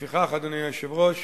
לפיכך, אדוני היושב-ראש,